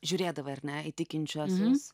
žiūrėdavai ar ne į tikinčiuosius